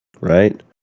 right